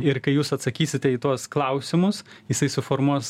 ir kai jūs atsakysite į tuos klausimus jisai suformuos